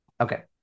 Okay